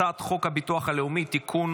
הצעת חוק הביטוח הלאומי (תיקון,